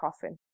coffin